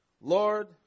Lord